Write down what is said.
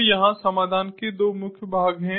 तो यहाँ समाधान के दो मुख्य भाग हैं